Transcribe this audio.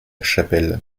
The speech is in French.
chapelle